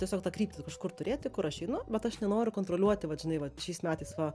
tiesiog tą kryptį kažkur turėti kur aš einu bet aš nenoriu kontroliuoti vat žinai vat šiais metais va